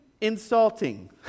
insulting